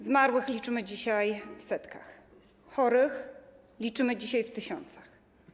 Zmarłych liczymy dzisiaj w setkach, chorych liczymy dzisiaj w tysiącach.